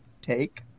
take